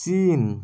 China